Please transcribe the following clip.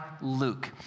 Luke